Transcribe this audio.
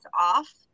off